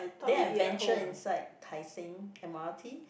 then I adventure inside tai seng m_r_t